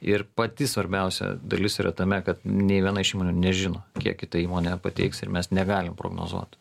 ir pati svarbiausia dalis yra tame kad nė viena iš įmonių nežino kiek kita įmonė pateiks ir mes negalim prognozuot